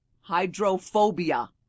Hydrophobia